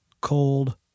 cold